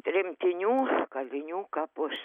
tremtinių kalinių kapus